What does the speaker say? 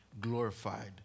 glorified